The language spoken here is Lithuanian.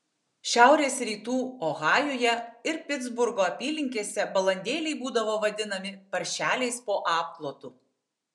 šiaurės rytų ohajuje ir pitsburgo apylinkėse balandėliai būdavo vadinami paršeliais po apklotu